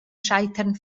scheitern